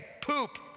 poop